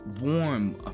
warm